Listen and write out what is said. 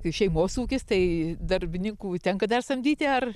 kai šeimos ūkis tai darbininkų tenka dar samdyti ar